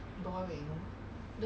我要睡觉就睡觉